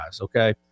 Okay